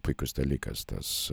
puikus dalykas tas